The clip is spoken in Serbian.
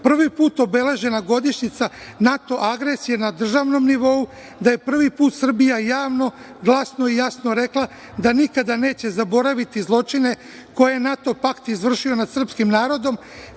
prvi put obeležena godišnjica NATO agresije na državnom nivou, da je prvi put Srbija javno, glasno i jasno rekla da nikada neće zaboraviti zločine koje NATO pakt izvršio nad srpskim narodom,